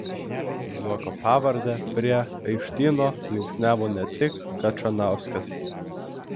zuoko pavardę prie aikštyno linksniavo ne tik kačanauskas